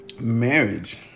marriage